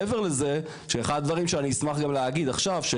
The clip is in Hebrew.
מעבר לזה שאחד הדברים שאני אשמח גם להגיד עכשיו.